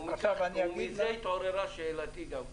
ומתוך זה התעוררה שאלתי.